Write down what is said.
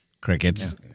Crickets